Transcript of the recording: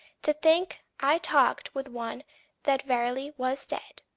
to think i talked with one that verily was dead.